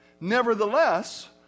Nevertheless